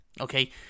okay